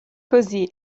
così